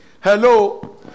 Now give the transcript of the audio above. Hello